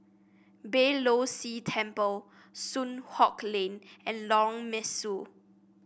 Beeh Low See Temple Soon Hock Lane and Lorong Mesu